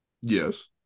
Yes